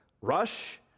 Rush